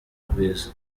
rwiza